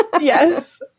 Yes